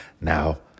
Now